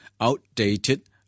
outdated